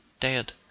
dead